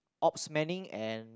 ops manning and